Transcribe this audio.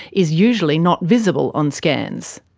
is usually not visible on scans.